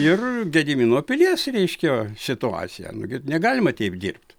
ir gedimino pilies reiškia situaciją nu gi negalima taip dirbt